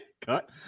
cut